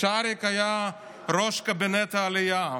כשאריק היה ראש קבינט העלייה.